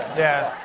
yeah,